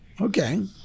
okay